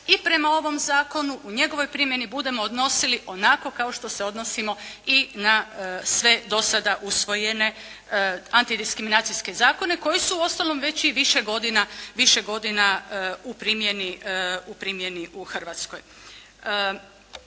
i prema ovom zakonu u njegovoj primjeni budemo odnosili onako kao što se odnosimo i na sve do sada usvojene antidiskriminacijske zakone koji su uostalom već i više godina u primjeni u Hrvatskoj.